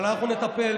אבל אנחנו נטפל,